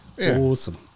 awesome